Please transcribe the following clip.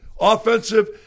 offensive